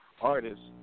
artists